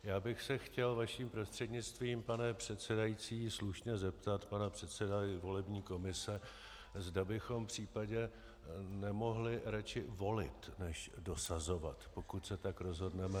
Chtěl bych se vaším prostřednictvím, pane předsedající, slušně zeptat pana předsedy volební komise, zda bychom případně nemohli radši volit než dosazovat, pokud se tak rozhodneme.